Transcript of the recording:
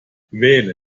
wähle